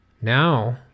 Now